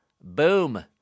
Boom